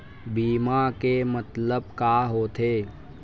बीमा के मतलब का होथे?